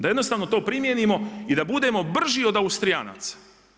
Da jednostavno to primijenimo i da budemo brži od Austrijanaca.